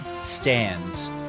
stands